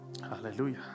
Hallelujah